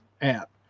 app